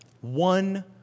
One